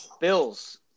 Bills